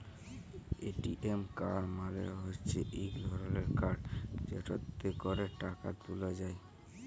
ATM card মালে হচ্যে ইক ধরলের কাড় যেটতে ক্যরে টাকা ত্যুলা যায়